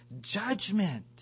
judgment